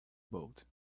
bought